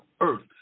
earth